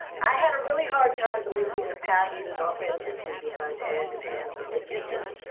i had a really hard time believing the passion and authenticity behind and and a dancer-ly kisses.